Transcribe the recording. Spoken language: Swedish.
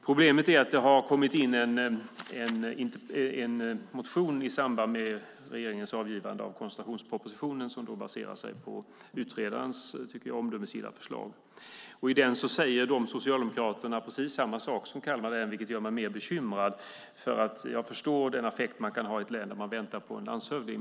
Problemet är att det har kommit in en motion i samband med regeringens avgivande av den koncentrationsproposition som alltså baserar sig på utredarens, som jag tycker, omdömesgilla förslag. I den säger de socialdemokraterna precis samma sak som de från Kalmar län, vilket gör mig mer bekymrad. Jag förstår den affekt man kan ha i ett läge där man väntar på en landshövding.